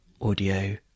audio